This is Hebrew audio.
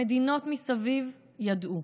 המדינות מסביב ידעו,